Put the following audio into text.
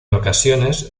ocasiones